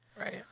Right